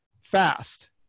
fast